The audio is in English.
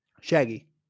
Shaggy